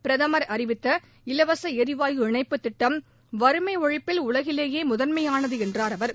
பிரதம் அறிவித்த இலவச ளிவாயு இணைப்புத் திட்டம் வறுமை ஒழிப்பில் உலகிலேயே முதன்மையானது என்றார் அவர்